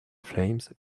flames